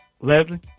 Leslie